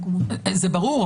זה ברור,